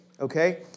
okay